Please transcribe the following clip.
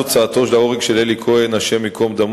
רצוני לשאול: 1. מה ייעשה כדי להגדיל את